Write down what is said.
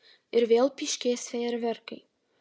ir vėl pyškės fejerverkai